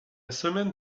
semaine